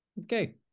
Okay